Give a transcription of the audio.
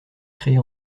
créées